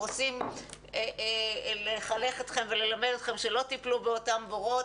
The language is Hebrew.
רוצים לחנך אתכם וללמוד אתכם שלא תיפלו באותם בורות.